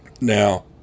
Now